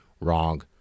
Wrong